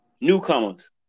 newcomers